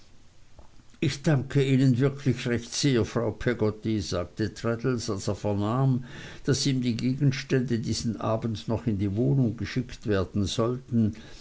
ich danke ihnen wirklich recht sehr frau peggotty sagte traddles als er vernahm daß ihm die gegenstände diesen abend noch in die wohnung geschickt werden sollten